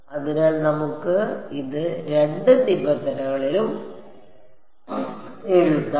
അതിനാൽ നമുക്ക് ഇത് രണ്ട് നിബന്ധനകളിലും എഴുതാം